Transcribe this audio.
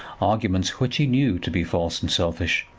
arguments which he knew to be false and selfish.